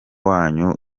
wanyu